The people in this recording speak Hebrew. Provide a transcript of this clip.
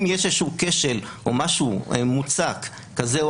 אם יש איזשהו כשל או משהו מוצק כזה או